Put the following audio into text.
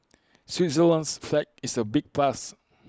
Switzerland's flag is A big plus